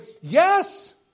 yes